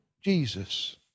Jesus